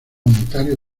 unitario